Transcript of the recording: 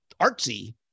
artsy